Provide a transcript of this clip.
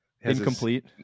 incomplete